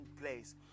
place